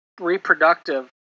reproductive